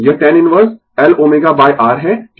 यह tan inverse L ω R है